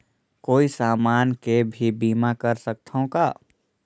कोई समान के भी बीमा कर सकथव का?